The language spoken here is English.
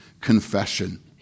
confession